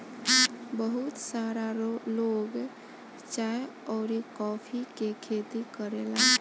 बहुत सारा लोग चाय अउरी कॉफ़ी के खेती करेला